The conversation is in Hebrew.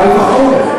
קל וחומר.